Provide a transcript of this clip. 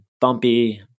bumpy